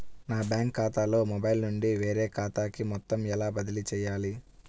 నా బ్యాంక్ ఖాతాలో మొబైల్ నుండి వేరే ఖాతాకి మొత్తం ఎలా బదిలీ చేయాలి?